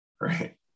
Right